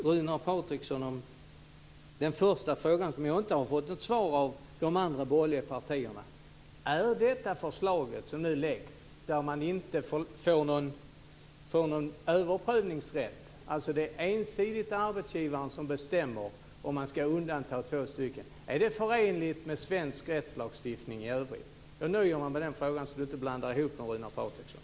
Fru talman! Jag vill till Runar Patriksson rikta en fråga som jag inte har fått svar på från företrädarna för de andra borgerliga partierna än Folkpartiet: Är det förslag som nu läggs fram och som innebär att man inte får någon överprövningsrätt, utan att arbetsgivaren ensidigt bestämmer över om två anställda ska undantas, förenligt med svensk lagstiftning i övrigt? Jag nöjer mig med den frågan, så att vi inte blandar ihop några saker, Runar Patriksson.